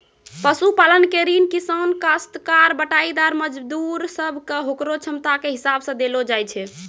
पशुपालन के ऋण किसान, कास्तकार, बटाईदार, मजदूर सब कॅ होकरो क्षमता के हिसाब सॅ देलो जाय छै